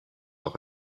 noch